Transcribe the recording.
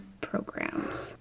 programs